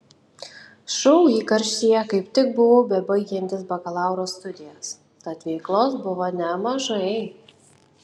šou įkarštyje kaip tik buvau bebaigiantis bakalauro studijas tad veiklos buvo nemažai